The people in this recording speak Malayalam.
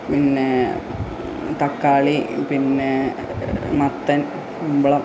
പിന്നേ തക്കാളി പിന്നേ മത്തൻ കുമ്പളം